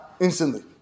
instantly